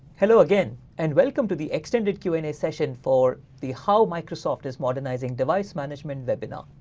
hello again and welcome to the extended q and a session for the how microsoft is modernizing device management webinar.